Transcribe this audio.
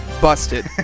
busted